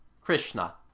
Krishna